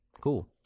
cool